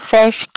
Fish